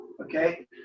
okay